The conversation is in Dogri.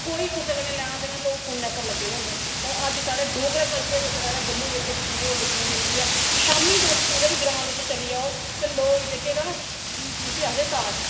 कोई कुसे कन्ने लेना देना नेईं लोक फोने उपर लग्गे दे होंदे ना पर अज्ज साढ़े डोगरा कल्चर बिच साढ़े जम्मू बिच इक चीज और दिक्खने गी मिलदी ऐ शामी तुस कुदे बी ग्रां बिच चली जाओ ते लोक जेहके ना जिसी आक्खदे ताश